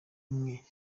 mwemera